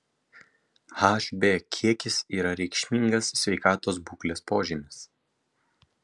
hb kiekis yra reikšmingas sveikatos būklės požymis